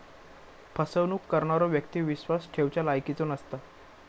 फसवणूक करणारो व्यक्ती विश्वास ठेवच्या लायकीचो नसता